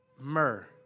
myrrh